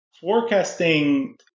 Forecasting